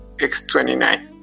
X-29